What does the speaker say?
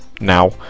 now